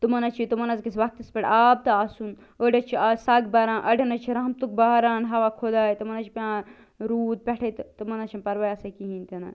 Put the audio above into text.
تِمن حظ چھِ تِمن حظ گَژھہِ وقتس پٮ۪ٹھ آب تہٕ آسُن أڑۍ حظ چھِ آز سَگ بھَران اَڑیٚن حظ چھُ رحمتُک باران ہاوان خۄداے تِمن حظ چھُ پیٚوان روٗد پٮ۪ٹھٔے تہٕ تِمن حظ چھُنہٕ پرواے آسان کِہیٖنۍ تہِ نہٕ